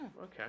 Okay